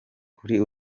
kuri